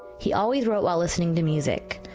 he always wrote while listening to music.